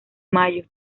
mayo